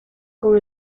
con